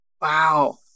Wow